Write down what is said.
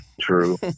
True